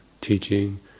teaching